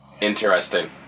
Interesting